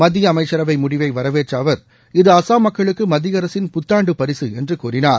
மத்திய அமைச்சரவை முடிவை வரவேற்ற அவர் இது அசாம் மக்களுக்கு மத்திய அரசின் புத்தாண்டு பரிசு என்று கூறினார்